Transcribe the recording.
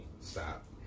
Stop